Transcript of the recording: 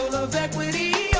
equity,